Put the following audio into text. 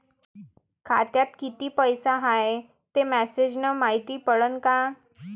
खात्यात किती पैसा हाय ते मेसेज न मायती पडन का?